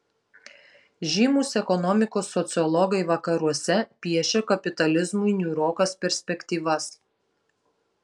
žymūs ekonomikos sociologai vakaruose piešia kapitalizmui niūrokas perspektyvas